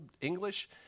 English